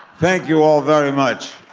thank you all very much.